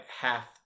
half